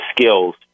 skills